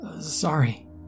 Sorry